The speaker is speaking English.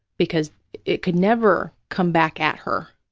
because it could never come back at her,